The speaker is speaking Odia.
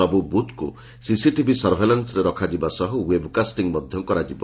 ସବୁ ବୁଥ୍କୁ ସିସିଟିଭି ସର୍ଭେଲାନ୍ୱରେ ରଖାଯିବା ସହ ଓ୍ୱେବ୍କାଷ୍କିଂ ମଧ୍ଧ କରାଯିବ